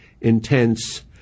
intense